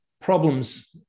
problems